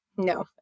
No